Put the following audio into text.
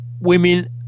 women